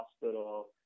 hospital